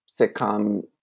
sitcom